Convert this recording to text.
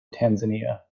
tanzania